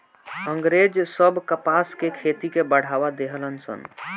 अँग्रेज सब कपास के खेती के बढ़ावा देहलन सन